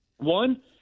One